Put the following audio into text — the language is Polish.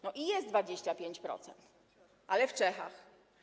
No i jest 25%, ale w Czechach.